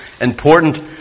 important